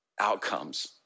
outcomes